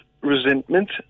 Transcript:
resentment